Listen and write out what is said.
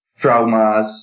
traumas